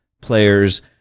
players